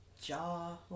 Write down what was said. jaw